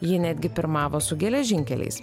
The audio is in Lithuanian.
ji netgi pirmavo su geležinkeliais